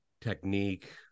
technique